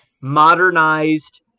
modernized